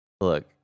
look